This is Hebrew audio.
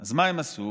אז מה הם עשו?